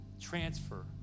transfer